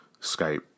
Skype